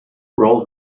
roll